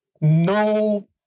no